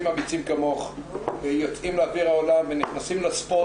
אמיצים כמוך יוצאים לאוויר העולם ונכנסים לספוט